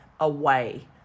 Away